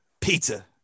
Pizza